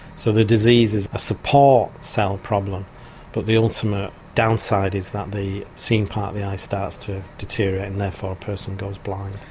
so the disease is a support cell problem but the ultimate downside is that the seeing part of the eye starts to deteriorate and therefore a person goes blind.